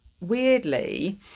weirdly